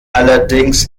allerdings